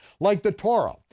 like the torah,